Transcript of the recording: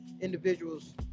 individuals